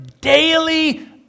daily